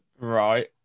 Right